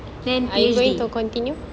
then they way to continue ah if you got the money